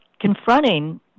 confronting